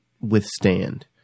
withstand